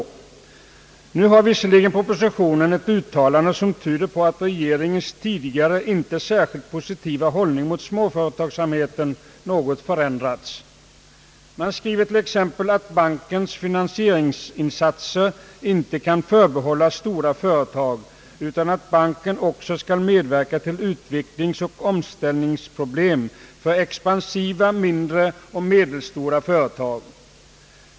Det görs visserligen i propositionen ett uttalande som tyder på att regeringens tidigare inte särskilt positiva hållning mot småföretagsamheten något förändrats. Det anförs t.ex. att bankens finansieringsinsatser inte kan förbehållas stora företag utan att de också skall medverka till ait lösa utvecklingsoch omställningsproblem för expansiva mindre och medelstora företag.